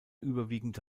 überwiegend